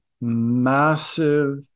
massive